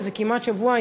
שזה כמעט שבוע,